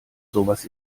sowas